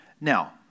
Now